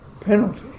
penalty